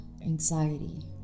anxiety